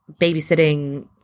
babysitting